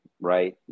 right